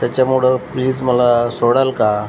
त्याच्यामुडं please मला सोडाल का